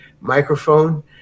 microphone